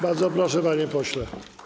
Bardzo proszę, panie pośle.